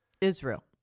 Israel